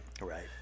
right